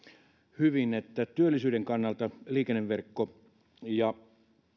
hyvin työllisyyden kannalta liikenneverkko ja